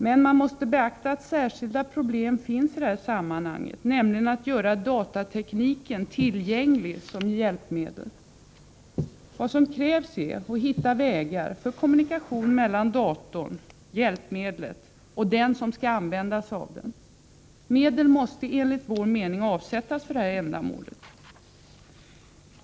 Men man måste beakta att särskilda problem finns i de här sammanhangen, nämligen att göra datatekniken tillgänglig som hjälpmedel. Vad som krävs är att hitta vägar för kommunikation mellan datorn, hjälpmedlet, och den som skall använda sig av det. Medel måste enligt vår mening avsättas för det ändamålet.